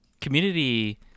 Community